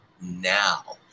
now